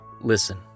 Listen